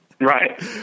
Right